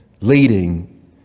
leading